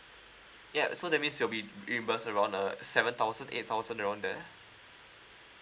ya so that means you'll be reimburse around uh seven thousand eight thousand around there